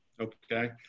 Okay